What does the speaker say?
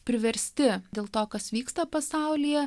priversti dėl to kas vyksta pasaulyje